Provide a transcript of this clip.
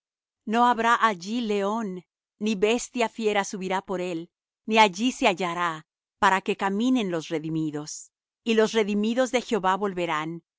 no habrá allí león ni bestia fiera subirá por él ni allí se hallará para que caminen los redimidos y los redimidos de jehová volverán